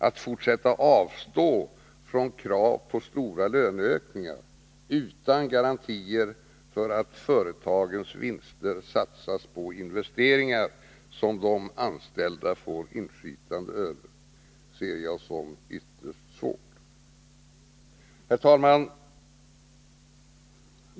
Att fortsätta att avstå från krav på stora löneökningar, utan garantier för att företagens vinster satsas på investeringar som de anställda får inflytande över, ser jag som ytterst svårt. Herr talman!